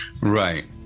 Right